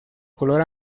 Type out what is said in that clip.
color